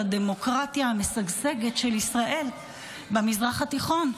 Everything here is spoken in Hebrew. הדמוקרטיה המשגשגת של ישראל במזרח התיכון,